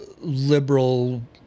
liberal